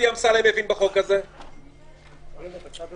נתחיל